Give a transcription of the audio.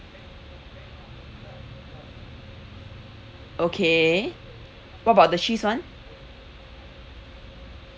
okay what about the cheese one